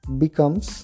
becomes